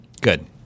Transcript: Good